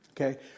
Okay